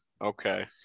Okay